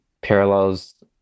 parallels